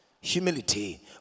Humility